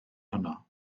honno